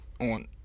on